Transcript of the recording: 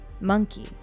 Monkey